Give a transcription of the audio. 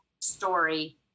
story